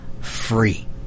free